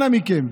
אנא מכם,